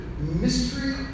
mystery